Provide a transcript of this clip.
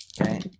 Okay